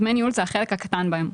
דמי ניהול זה החלק הקטן בהם.